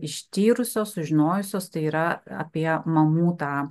ištyrusios sužinojusios tai yra apie mamų tą